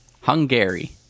hungary